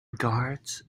guards